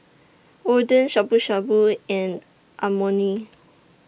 Oden Shabu Shabu and Amoni